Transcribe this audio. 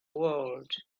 world